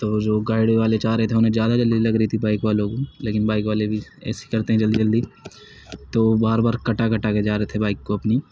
تو وہ جو گاڑی والے جا رہے تھے انہیں جادہ جلدی لگ رہی تھی بائک والوں کو لیکن بائک والے بھی ایسے ہی کرتے ہیں جلدی جلدی تو بار بار کٹا کٹا کے جا رہے تھے بائک کو اپنی